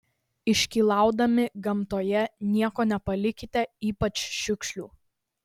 iškylaudami gamtoje nieko nepalikite ypač šiukšlių